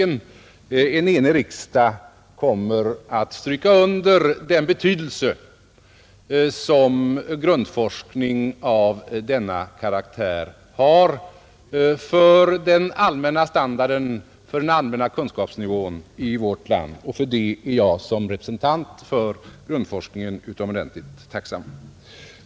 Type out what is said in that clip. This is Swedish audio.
Men en enig riksdag kommer att understryka den betydelse som grundforskning av denna karaktär har för vår standard och för den allmänna kunskapsnivån i vårt land, och för det är jag som representant för grundforskningen utomordentligt tacksam.